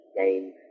game